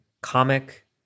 comic